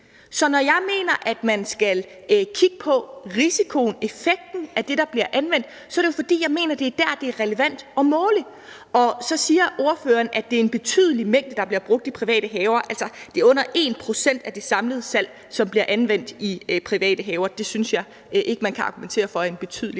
Så når jeg mener, at man skal kigge på risikoen, effekten, af det, der bliver anvendt, så er det jo, fordi jeg mener, det er der, det er relevant at måle. Så siger ordføreren, at det er en betydelig mængde, der bliver brugt i private haver. Altså, det er under 1 pct. af det samlede salg, som bliver anvendt i private haver. Det synes jeg ikke man kan argumentere for er en betydelig